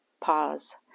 pause